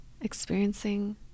Experiencing